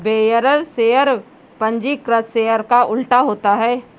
bearer share पंजीकृत share का उल्टा होता है